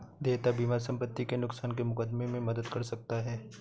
देयता बीमा संपत्ति के नुकसान के मुकदमे में मदद कर सकता है